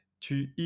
Tu